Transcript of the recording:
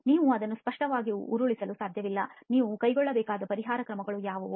ನೀವು ಅದನ್ನು ಸ್ಪಷ್ಟವಾಗಿ ಉರುಳಿಸಲು ಸಾಧ್ಯವಿಲ್ಲ ನೀವು ಕೈಗೊಳ್ಳಬೇಕಾದ ಪರಿಹಾರ ಕ್ರಮಗಳು ಯಾವುವು